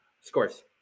Scores